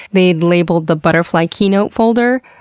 they'd labeled the butterfly keynote folder,